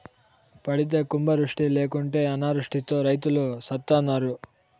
పడితే కుంభవృష్టి లేకుంటే అనావృష్టితో రైతులు సత్తన్నారు